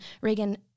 Reagan